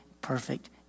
perfect